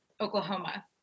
Oklahoma